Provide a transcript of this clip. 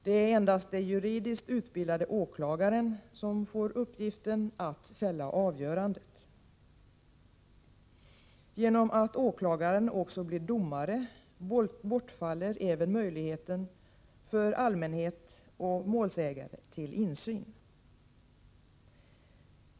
Det är endast den juridiskt utbildade åklagaren som får uppgiften att fälla avgörandet. Genom att åklagaren också blir domare bortfaller även möjligheten för allmänhet och målsägande till insyn.